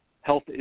health